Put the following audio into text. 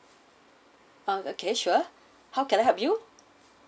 uh okay sure how can I help you